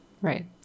Right